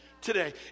today